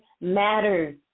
matters